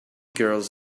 girls